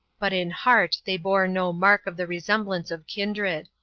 but in heart they bore no mark of the resemblance of kindred.